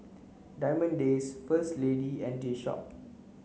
Diamond Days First Lady and G Shock